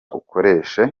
ukoreshe